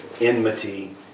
enmity